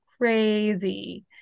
crazy